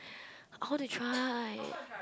I wanna try